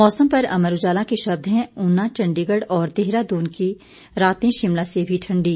मौसम पर अमर उजाला के शब्द हैं ऊना चंडीगढ़ और देहरादून की राते शिमला से भी ठंडी